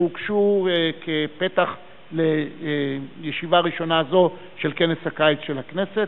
הוגשו כפתח לישיבה ראשונה זו של כנס הקיץ של הכנסת,